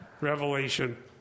Revelation